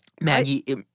Maggie